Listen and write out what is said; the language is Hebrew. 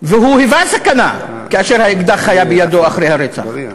והוא היווה סכנה כאשר האקדח היה בידו אחרי הרצח.